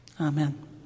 Amen